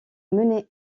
mené